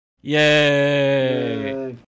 yay